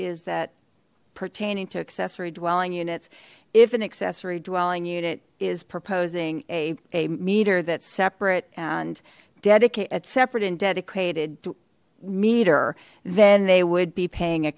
is that pertaining to accessory dwelling units if an accessory dwelling unit is proposing a a meter that's separate and dedicated separate and dedicated meter then they would be paying a